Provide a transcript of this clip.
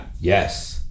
yes